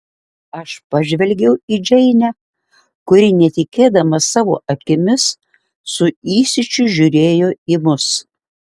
aš pažvelgiau į džeinę kuri netikėdama savo akimis su įsiūčiu žiūrėjo į mus